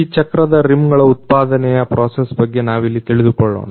ಈ ಚಕ್ರದ ರಿಮ್ ಗಳ ಉತ್ಪಾದನೆಯ ಪ್ರೋಸೆಸ್ ಬಗ್ಗೆ ನಾವಿಲ್ಲಿ ತಿಳಿದುಕೊಳ್ಳೋಣ